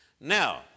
Now